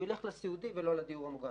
היא תלך לסיעודי ולא לדיור המוגן.